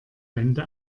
wände